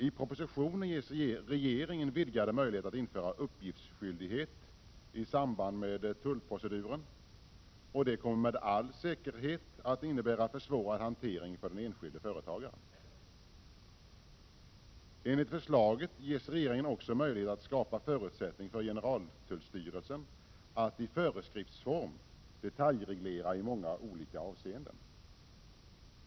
I propositionen ges regeringen vidgade möjligheter att införa uppgiftsskyldighet i samband med tullproceduren. Det kommer med all säkerhet att innebära försvårad hantering för den enskilde företagaren. Enligt förslaget ges regeringen också möjlighet att skapa förutsättning för generaltullstyrelsen att i föreskriftsform detaljreglera i många olika avseenden.